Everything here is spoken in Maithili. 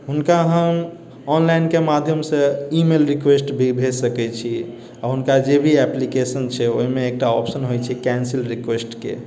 हुनका हम ऑनलाइनके माध्यमसँ ई मेल रिक्वेस्ट भी भेज सकै छी अऽ हुनका जे भी एप्लिकेशन छै ओइमे एकटा ऑप्शन होइ छै कैन्सिल रिक्वेस्टके